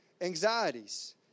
anxieties